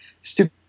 stupid